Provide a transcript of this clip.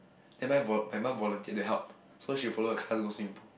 then my vo~ my mum volunteered to help so she'll follow the class go swimming pool